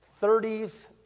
30s